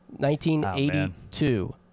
1982